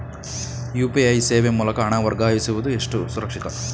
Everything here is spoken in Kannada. ಯು.ಪಿ.ಐ ಸೇವೆ ಮೂಲಕ ಹಣ ವರ್ಗಾಯಿಸುವುದು ಎಷ್ಟು ಸುರಕ್ಷಿತ?